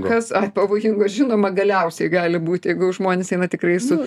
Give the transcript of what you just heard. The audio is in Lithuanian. kas ar pavojingo žinoma galiausiai gali būti jeigu žmonės eina tikrai su